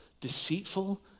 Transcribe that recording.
deceitful